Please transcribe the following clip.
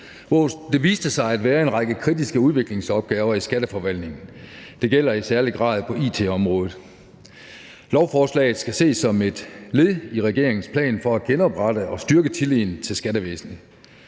2019. Der viste sig at være en række kritiske udviklingsopgaver i skatteforvaltningen. Det gælder i særlig grad på it-området. Lovforslaget skal ses som et led i regeringens plan for at genoprette og styrke tilliden til skattevæsenet.